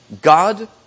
God